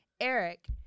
Eric